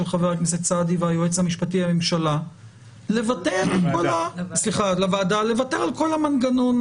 חבר הכנסת סעדי והיועץ המשפטי לוועדה לוותר על כל המנגנון?